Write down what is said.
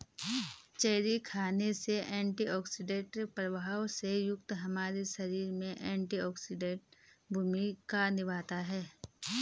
cherry खाने से antioxidant प्रभाव से युक्त हमारे शरीर में एंटीऑक्सीडेंट भूमिका निभाता है